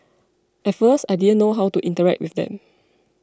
at first I didn't know how to interact with them